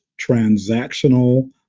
transactional